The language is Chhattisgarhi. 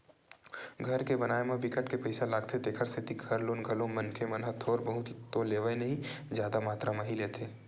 घर के बनाए म बिकट के पइसा लागथे तेखर सेती घर लोन घलो मनखे मन ह थोर बहुत तो लेवय नइ जादा मातरा म ही लेथे